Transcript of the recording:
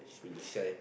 will sign